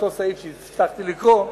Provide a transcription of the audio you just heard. אותו סעיף שהבטחתי לקרוא: